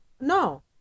No